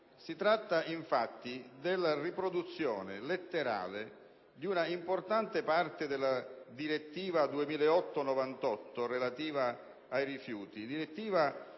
Si tratta, infatti, della riproduzione letterale di un'importante parte della direttiva 2008/98/CE relativa ai rifiuti